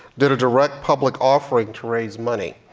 did a direct public offering to raise money.